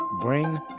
bring